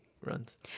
runs